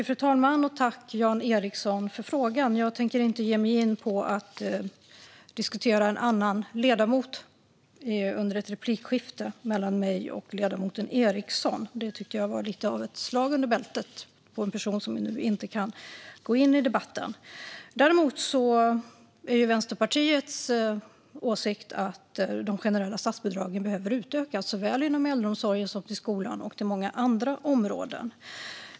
Fru talman! Jag tackar Jan Ericson för frågan. Jag tänker inte ge mig in på att diskutera en annan ledamot under ett replikskifte mellan mig och ledamoten Ericson. Det tycker jag var lite grann av ett slag under bältet på en person som nu inte kan gå in i debatten. Däremot är Vänsterpartiets åsikt att de generella statsbidragen behöver utökas, såväl inom äldreomsorgen som inom skolan och inom många andra områden.